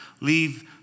leave